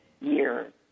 years